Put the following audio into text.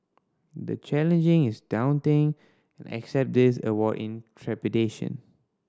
the challenging is daunting and accept this award in trepidation